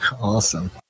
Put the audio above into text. Awesome